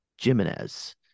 Jimenez